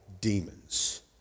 demons